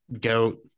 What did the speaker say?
goat